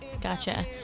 Gotcha